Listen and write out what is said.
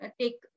take